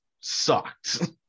sucked